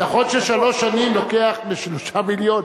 נכון ששלוש שנים לוקח ל-3 מיליון,